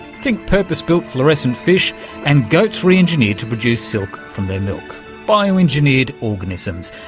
think purpose-built fluorescent fish and goats reengineered to produce silk from their milk bioengineered organisms,